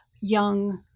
young